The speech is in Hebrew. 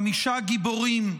חמישה גיבורים,